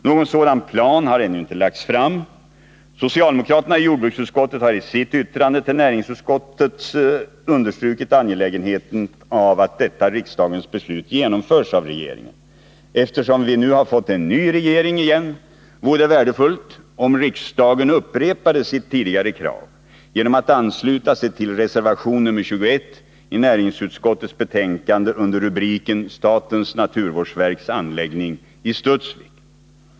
Någon sådan plan har ännu inte lagts fram. Socialdemokraternai jordbruksutskottet har i sitt yttrande till näringsutskottet understrukit angelägenheten av att detta riksdagens beslut genomförs av regeringen. Eftersom vi nu har fått en ny regering igen, vore det värdefullt om riksdagen upprepade sitt tidigare krav genom att ansluta sig till reservation nr 21 i näringsutskottets betänkande under rubriken Statens naturvårdsverks anläggning i Studsvik.